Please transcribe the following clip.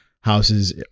houses